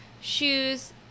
Shoes